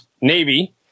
Navy